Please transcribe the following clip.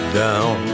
down